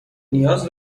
نیاز